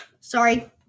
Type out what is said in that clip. Sorry